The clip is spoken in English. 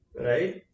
right